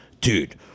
dude